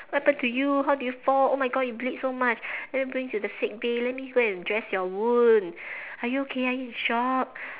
what happened to you how do you fall oh my god you bleed so much let me bring you to the sick bay let me go and dress your wound are you okay are you in shock